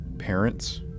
Parents